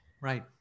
Right